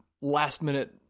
last-minute